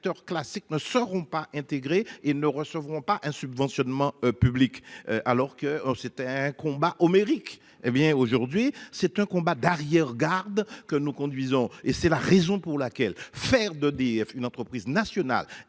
classiques ne seront pas intégrés et ne recevront pas un subventionnement public alors que c'était un combat homérique. Eh bien aujourd'hui, c'est un combat d'arrière-garde que nous conduisons et c'est la raison pour laquelle faire de dire une entreprise nationale